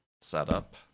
setup